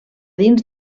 dins